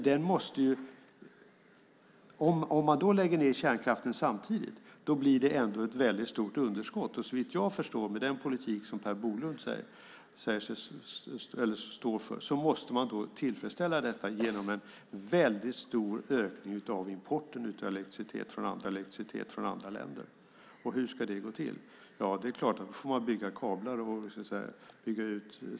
Om man då lägger ned kärnkraften samtidigt blir det ett väldigt stort underskott. Såvitt jag förstår måste man med den politik som Per Bolund står för tillfredsställa detta genom en väldigt stor ökning av importen av elektricitet från andra länder. Hur ska det gå till? Det är klart att man får dra kablar.